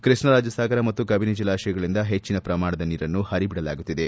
ಕೃಷ್ಣರಾಜ ಸಾಗರ ಮತ್ತು ಕಬಿನಿ ಜಲಾಶಯಗಳಿಂದ ಹೆಚ್ಚಿನ ಪ್ರಮಾಣದ ನೀರನ್ನು ಹರಿದು ಬಿಡಲಾಗುತ್ತಿದೆ